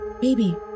baby